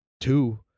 Two